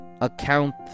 account